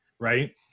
right